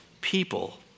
people